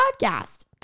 podcast